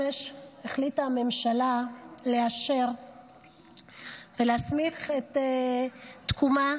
אמש החליטה הממשלה לאשר ולהסמיך את תקומה